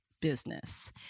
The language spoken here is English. business